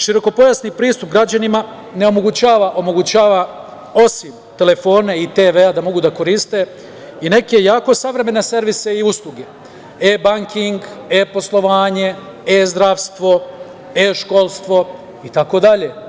Širokopojasni pristup građanima omogućava, osim telefona i TV, da mogu da koriste i neke jako savremene servise i usluge – e-banking, e-poslovanje, e-zdravstvo, e-školstvo itd.